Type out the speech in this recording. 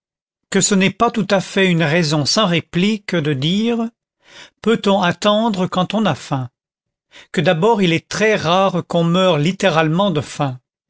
que ce n'est pas tout à fait une raison sans réplique de dire peut-on attendre quand on a faim que d'abord il est très rare qu'on meure littéralement de faim